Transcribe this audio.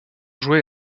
joués